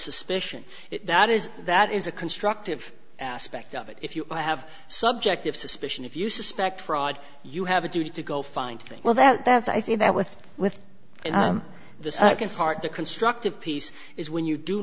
suspicion that is that is a constructive aspect of it if you have subjective suspicion if you suspect fraud you have a duty to go find thing well that's i think that with with the second part the constructive piece is when you do